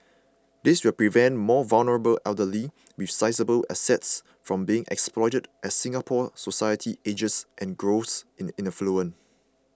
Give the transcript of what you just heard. this will prevent more vulnerable elderly with sizeable assets from being exploited as Singapore society ages and grows in affluence